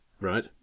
right